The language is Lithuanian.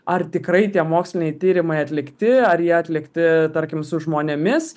ar tikrai tie moksliniai tyrimai atlikti ar jie atlikti tarkim su žmonėmis